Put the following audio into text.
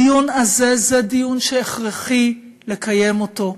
הדיון הזה זה דיון שהכרחי לקיים אותו.